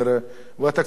והתקציב יעבור.